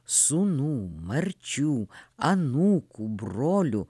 sūnų marčių anūkų brolių